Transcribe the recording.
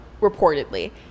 reportedly